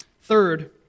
Third